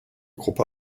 gruppe